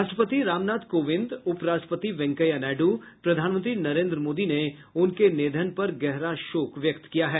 राष्ट्रपति रामनाथ कोविंद उप राष्ट्रपति वेकैंया नायडू प्रधानमंत्री नरेन्द्र मोदी ने उनके निधन पर गहरा शोक व्यक्त किया है